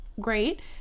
great